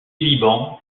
liban